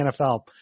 NFL